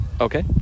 Okay